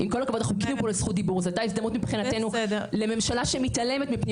עם כל הכבוד, אנחנו חיכינו פה לזכות דיבור.